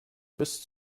bis